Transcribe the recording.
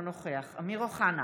אינו נוכח אמיר אוחנה,